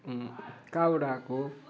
कहाँबाट आएको